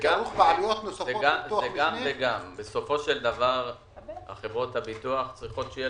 בנוסף, בחוק הזה גם יש סעיף שמדבר על ביטוח חיים.